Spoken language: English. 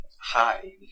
Hi